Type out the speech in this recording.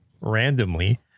randomly